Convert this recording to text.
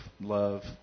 love